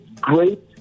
great